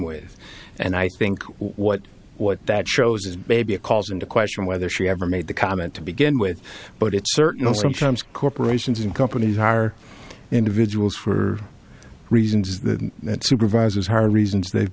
with and i think what what that shows is baby it calls into question whether she ever made the comment to begin with but it certainly sometimes corporations and companies are individuals for reasons that that supervisor her reasons they've